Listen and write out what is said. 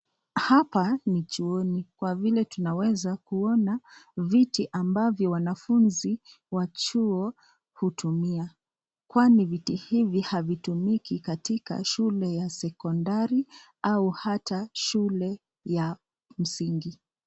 Hapa ni chuoni ,kwa vile tunaweza kuona viti ambazo wanafunzi wa chuo wanazotumia. Kwani viti hivi havitumiki katika shule ya sekondari au hata shula ya msingi.